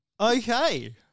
okay